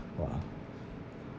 !wah!